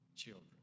children